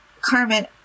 Carmen